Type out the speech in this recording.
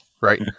Right